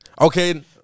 Okay